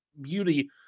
beauty